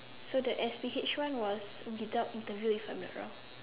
so the S_P_H one was without interview if I'm not wrong